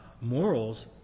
morals